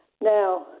now